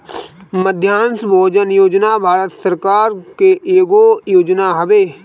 मध्याह्न भोजन योजना भारत सरकार के एगो योजना हवे